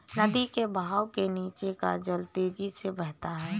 नदी के बहाव के नीचे का जल तेजी से बहता है